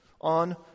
on